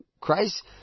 Christ